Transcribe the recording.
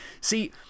see